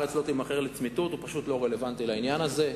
"והארץ לא תימכר לצמיתות" הוא פשוט לא רלוונטי לעניין הזה.